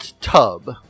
tub